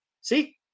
See